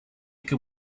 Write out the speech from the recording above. que